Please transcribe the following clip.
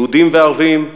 יהודים וערבים,